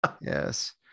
yes